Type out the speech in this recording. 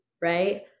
right